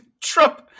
Trump